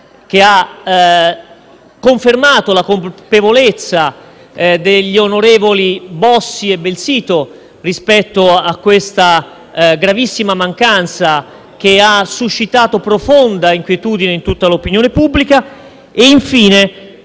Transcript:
che ha confermato la colpevolezza degli onorevoli Bossi e Belsito rispetto a questa gravissima mancanza, che ha suscitato profonda inquietudine in tutta l'opinione pubblica. Infine,